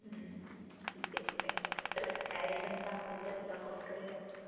ठीक आहे ठीक आहे तर काय शंका असेल तर तुला कॉल करेन